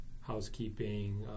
housekeeping